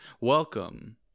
Welcome